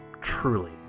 truly